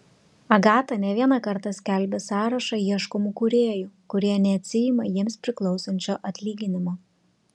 agata ne vieną kartą skelbė sąrašą ieškomų kūrėjų kurie neatsiima jiems priklausančio atlyginimo